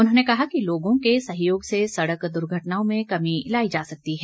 उन्होंने कहा कि लोगों के सहयोग से सडक दर्घटनाओं में कमी लाई जा सकती है